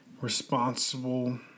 responsible